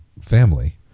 family